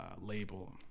label